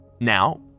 Now